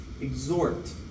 exhort